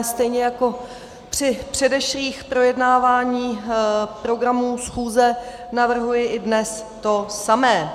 Stejně jako při předešlých projednáváních programu schůze navrhuji i dnes to samé.